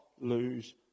lose